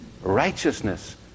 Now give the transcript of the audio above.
righteousness